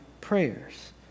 prayers